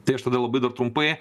tai aš tada labai dar trumpai